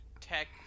tech